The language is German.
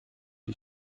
die